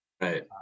Right